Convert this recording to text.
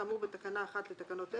כאמור בתקנה 1 לתקנות אלה,